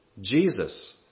Jesus